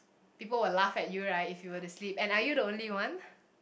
people will laugh at you right if you were to sleep and are you the only one